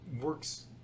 works